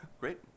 Great